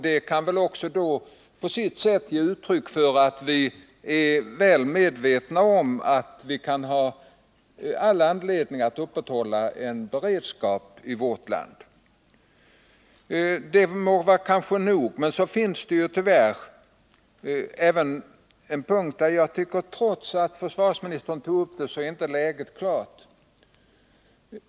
Det kan väl också på sitt sätt vara ett uttryck för att vi är väl medvetna om att man kan ha all anledning att upprätthålla en beredskap i vårt land. Det må så vara. Det fanns även en fråga som försvarsministern tog upp men som trots detta tyvärr är oklar.